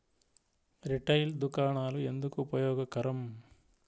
Retail దుకాణాలు ఎందుకు ఉపయోగకరం?